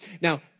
Now